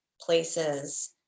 places